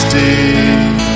deep